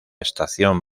estación